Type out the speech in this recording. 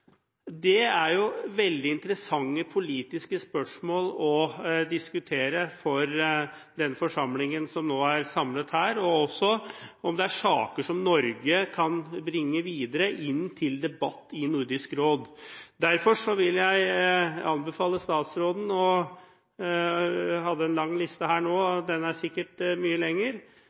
er veldig interessante politiske spørsmål å diskutere for den forsamlingen som nå er samlet her, og også om det er saker som Norge kan bringe videre inn til debatt i Nordisk råd. Derfor vil jeg – man hadde en lang liste her nå, og den er sikkert mye